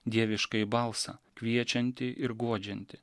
dieviškąjį balsą kviečiantį ir guodžiantį